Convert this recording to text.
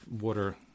water